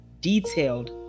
detailed